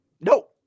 Nope